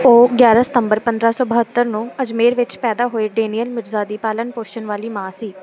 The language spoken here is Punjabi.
ਉਹ ਗਿਆਰ੍ਹਾਂ ਸਤੰਬਰ ਪੰਦਰ੍ਹਾਂ ਸੌ ਬਹੱਤਰ ਨੂੰ ਅਜਮੇਰ ਵਿੱਚ ਪੈਦਾ ਹੋਏ ਡੇਨੀਅਲ ਮਿਰਜ਼ਾ ਦੀ ਪਾਲਣ ਪੋਸ਼ਣ ਵਾਲੀ ਮਾਂ ਸੀ